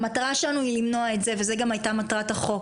המטרה שלנו היא למנוע את זה וזה גם הייתה מטרת החוק,